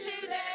today